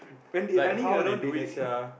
like how they do it sia